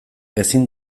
ezin